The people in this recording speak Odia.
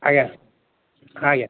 ଆଜ୍ଞା ହଁ ଆଜ୍ଞା